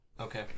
Okay